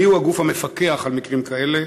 3. מי הוא הגוף המפקח על מקרים כאלה?